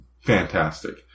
fantastic